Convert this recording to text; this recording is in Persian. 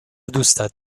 دوستت